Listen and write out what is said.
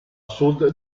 sud